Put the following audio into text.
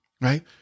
right